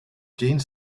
jeans